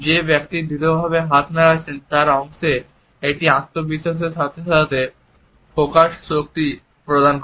যে ব্যক্তি দৃঢ়ভাবে হাত নাড়াচ্ছেন তার অংশে এটি আত্মবিশ্বাসের সাথে সাথে ফোকাসড শক্তি প্রদান করে